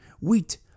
wheat